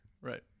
Right